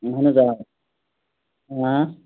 اہن حظ آ اۭں